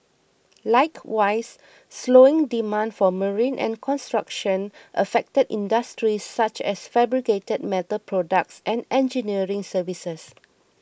likewise slowing demand for marine and construction affected industries such as fabricated metal products and engineering services